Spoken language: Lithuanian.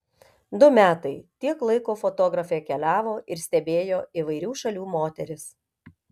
du metai tiek laiko fotografė keliavo ir stebėjo įvairių šalių moteris